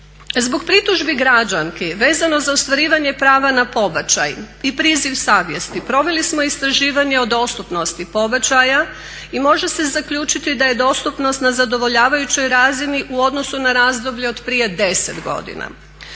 Zbog pritužbi građanki vezano za ostvarivanje prava na pobačaj i priziv savjesti, proveli smo istraživanje o dostupnosti pobačaja i može se zaključiti da je dostupnost na zadovoljavajućoj razini u odnosu na razdoblje od prije 10 godina.